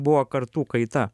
buvo kartų kaita